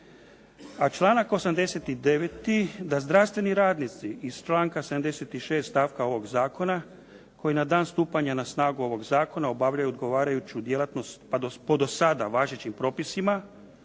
A članak 89. da zdravstveni radnici iz članka 76. stavka ovog zakona koji na dan stupanja na snagu ovog zakona obavljaju odgovarajuću djelatnost, po do sada važećim propisima,